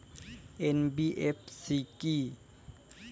NBFC কী?